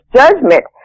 judgment